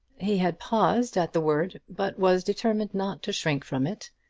he had paused at the word but was determined not to shrink from it,